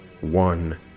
one